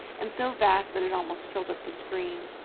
and so vast that it almost filled up the screen.